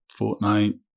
Fortnite